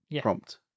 prompt